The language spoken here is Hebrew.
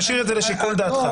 משאיר את זה לשיקול דעתך.